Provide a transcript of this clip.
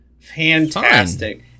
fantastic